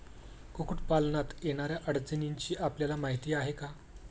कुक्कुटपालनात येणाऱ्या अडचणींची आपल्याला माहिती आहे का?